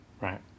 right